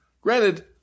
granted